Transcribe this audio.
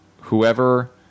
whoever